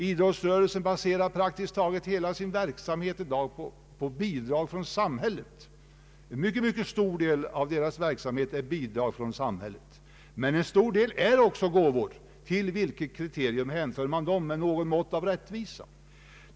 Idrottsrörelsen baserar praktiskt taget hela sin verksamhet på bidrag från samhället, men en stor del av rörelsens inkomster utgörs faktiskt också av gåvor. Till vilket kriterium hänför vi dem med något mått av rättvisa?